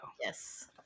Yes